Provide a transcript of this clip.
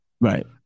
right